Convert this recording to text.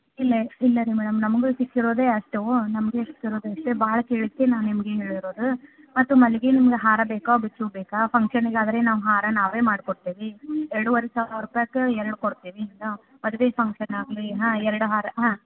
ಇಲ್ಲ ಇಲ್ಲರೀ ಮೇಡಮ್ ನಮಗೂ ಸಿಕ್ಕಿರೋದೆ ಅಷ್ಟು ನಮಗೆ ಸಿಕ್ಕಿರೋದೆ ಅಷ್ಟು ಭಾಳ ಕೇಳಿದ್ದಕ್ಕೆ ನಾ ನಿಮಗೆ ಹೇಳಿರೋದು ಮತ್ತು ಮಲ್ಲಿಗೆಯಲ್ಲಿ ನಿಮ್ಗೆ ಹಾರ ಬೇಕಾ ಬಿಚ್ಚು ಹೂ ಬೇಕಾ ಫಂಕ್ಷನಿಗಾದರೆ ನಾವು ಹಾರ ನಾವೇ ಮಾಡಿಕೊಡ್ತೀವಿ ಎರಡೂವರೆ ಸಾವಿರ ರೂಪಾಯಕ್ಕೆ ಎರಡು ಕೊಡ್ತೀವಿ ಈಗ ಮದುವೆ ಫಂಕ್ಷನ್ ಆಗಲಿ ಹಾಂ ಎರಡು ಹಾರ ಹಾಂ